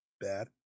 bad